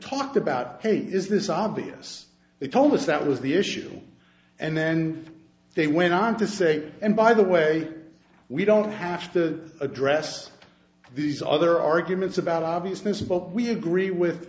talked about is this obvious they told us that was the issue and then they went on to say and by the way we don't have to address these other arguments about obviousness but we agree with